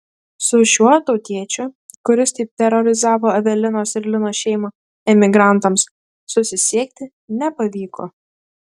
su šiuo tautiečiu kuris taip terorizavo evelinos ir lino šeimą emigrantams susisiekti nepavyko